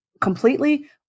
completely